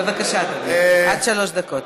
בבקשה, אדוני, עד שלוש דקות.